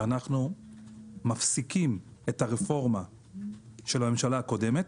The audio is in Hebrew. שאנחנו מפסיקים את הרפורמה של הממשלה הקודמת,